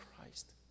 Christ